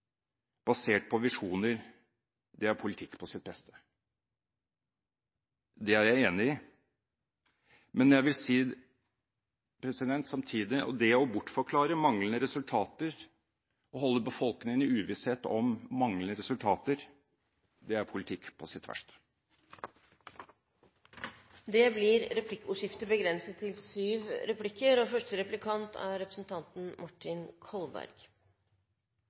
basert på visjoner, er politikk på sitt beste. Det er jeg enig i. Men jeg vil samtidig si at det å bortforklare manglende resultater og holde befolkningen i uvisshet om manglende resultater, er politikk på sitt verste. Det blir replikkordskifte. Det å høre Tetzschner snakke nå, er en veldig spesiell politisk opplevelse. Som et eksempel vil jeg bare si – og det er